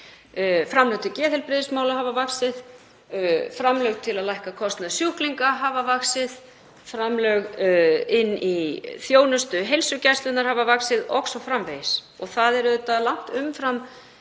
Framlög til geðheilbrigðismála hafa vaxið, framlög til að lækka kostnað sjúklinga hafa vaxið, framlög inn í þjónustu heilsugæslunnar hafa vaxið o.s.frv. Það er auðvitað langt umfram